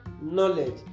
knowledge